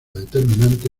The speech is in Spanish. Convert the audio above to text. determinante